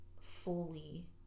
fully